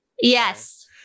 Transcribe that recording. Yes